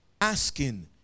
Asking